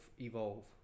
Evolve